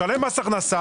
משלם מס הכנסה,